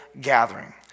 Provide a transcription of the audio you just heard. gathering